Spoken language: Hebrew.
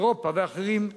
אירופה ואחרים,